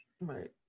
right